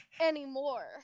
anymore